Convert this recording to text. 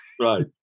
Right